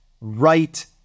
right